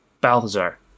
Balthazar